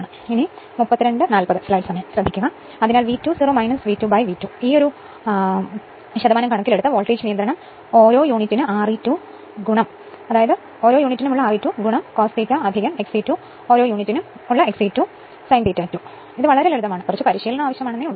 അതിനാൽ V2 0 V2V2 കണക്കിലെടുത്ത് voltage നിയന്ത്രണം യൂണിറ്റിന് Re2 cos ∅2 XE2 per unit sin ∅2 വളരെ ലളിതമാണ് ഇത് കുറച്ച് പരിശീലനം ആവശ്യമാണ്